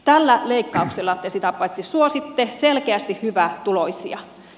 tällä leikkauksella te sitä paitsi suositte selkeästi hyvätuloisia